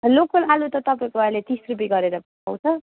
local आलु त तपाईँको अहिले तिस रुपियाँ गरेर पर्छ